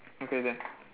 okay then